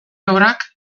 obrak